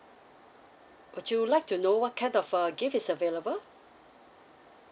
would you like to know what kind of uh gift is available